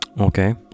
Okay